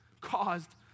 caused